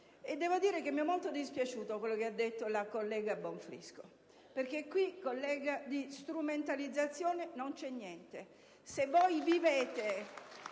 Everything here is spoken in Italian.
Devo dire che mi è molto dispiaciuto quello che ha detto la collega Bonfrisco. Collega, qui di strumentalizzazione non c'è niente.